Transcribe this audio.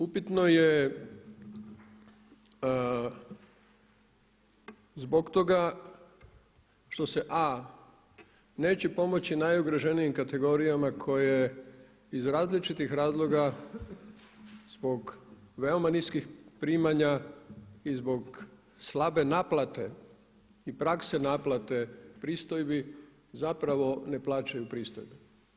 Upitno je zbog toga što se a) neće pomoći najugroženijim kategorijama koje iz različitih razloga zbog veoma niskih primanja i zbog slabe naplate i prakse naplate pristojbi zapravo ne plaćaju pristojbe.